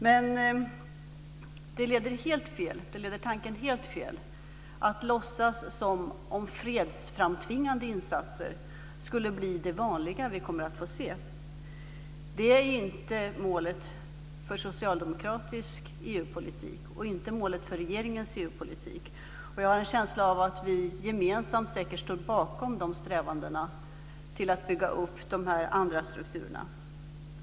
Men det leder tanken helt fel att låtsas som om fredsframtvingande insatser skulle bli det vanliga som vi kommer att få se. Det är inte målet för socialdemokratisk EU-politik och inte målet för regeringens EU-politik. Jag har en känsla av att vi gemensamt säkert står bakom strävandena när det gäller att bygga upp de här andra strukturerna.